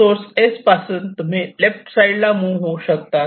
source S पासून तुम्ही left साईडला मुव्ह होऊ शकतात